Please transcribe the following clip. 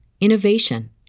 innovation